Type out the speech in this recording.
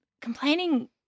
complaining